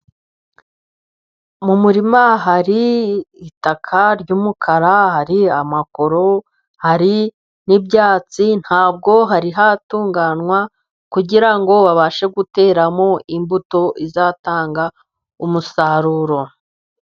Mu murima hari itaka ry'umukara, hari amakoro hari n'ibyatsi. Ntabwo hari hatunganywa kugira ngo babashe guteramo imbuto izatanga umusaruro.